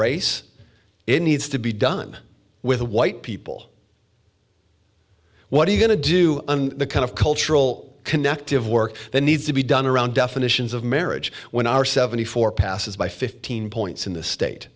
race it needs to be done with white people what are you going to do the kind of cultural connective work that needs to be done around definitions of marriage when our seventy four passes by fifteen points in the state